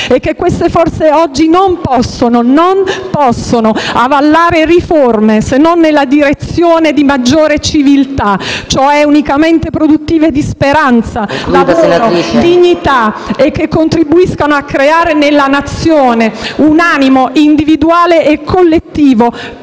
e che queste forze oggi non possono avallare riforme se non nella direzione di maggiore civiltà, cioè unicamente produttive di speranza, lavoro, dignità e che contribuiscano a creare nella Nazione un animo individuale e collettivo